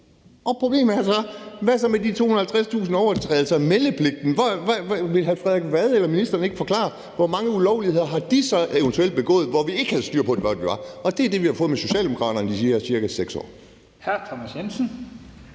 Problemet er så, hvad man gør med de 250.000 overtrædelser af meldepligten. Vil hr. Frederik Vad eller ministeren ikke forklare, hvor mange ulovligheder de personer så eventuelt har begået, hvor vi ikke havde styr på, hvor de var? Det er det, vi har fået med Socialdemokraterne i de her ca. 6 år.